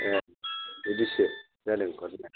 ए बिदिसो जादों गथनाया